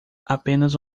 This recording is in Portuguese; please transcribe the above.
apenas